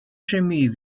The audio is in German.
chemie